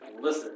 listen